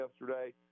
yesterday